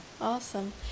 Awesome